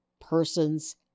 person's